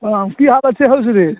हॅं की हाल छै यौ सुधीर